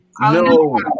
No